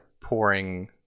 pouring